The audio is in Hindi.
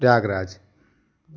प्रयागराज